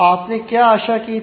आपने क्या आशा की थी